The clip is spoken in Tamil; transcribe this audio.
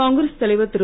காங்கிரஸ் தலைவர் திரு